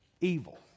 evil